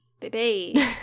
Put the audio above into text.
Baby